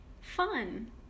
Fun